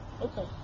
Okay